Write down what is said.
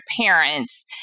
parents